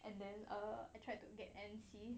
and then err I tried to get M_C